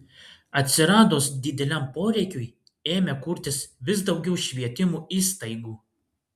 atsiradus dideliam poreikiui ėmė kurtis vis daugiau švietimo įstaigų